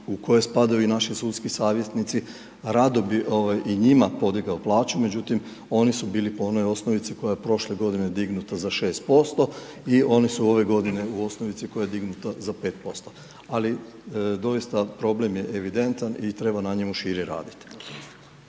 u koje spadaju i naši sudski savjetnici, rado bi i njima podigao plaću međutim, oni su bili po onoj osnovici koja je prošle godine, dignuta za 6% i oni su ove godine u osnovici koja je dignuta za 5%. Ali, doista problem je evidentan i treba na njemu šire raditi.